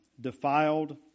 defiled